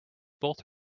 both